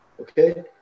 okay